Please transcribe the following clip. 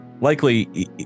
Likely